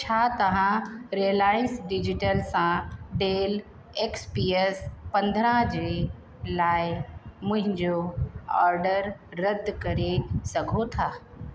छा तव्हां Reliance digital सां डेल एक्स पी एस पंद्रहं जे लाइ मुंहिंजो ऑर्डर रदि करे सघो था